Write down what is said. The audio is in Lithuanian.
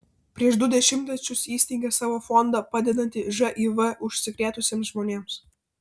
prieš du dešimtmečius įsteigė savo fondą padedantį živ užsikrėtusiems žmonėms